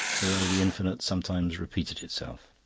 the way the infinite sometimes repeated itself.